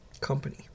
Company